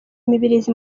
mibirizi